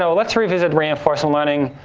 so let's revisit reinforcement learning.